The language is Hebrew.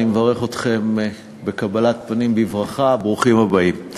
אני מקבל אתכם בברכת ברוכים הבאים.